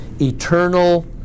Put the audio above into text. eternal